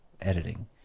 editing